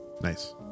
Nice